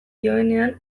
dioenean